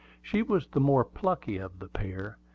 she was the more plucky of the pair,